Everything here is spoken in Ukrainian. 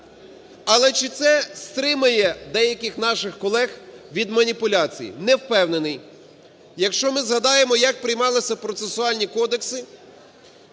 Але чи це стримає деяких наших колег від маніпуляцій? Не впевнений. Якщо ми згадаємо як приймалися процесуальні кодекси,